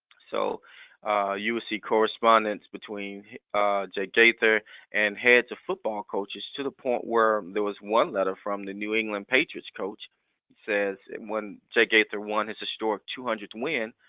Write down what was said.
so you will see correspondence between jake gaither and heads of football coaches to the point where there was one letter from the new england patriots coach says when jake gaither won his historic two hundredth win,